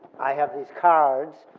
i have these cards.